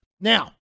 Now